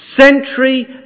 Century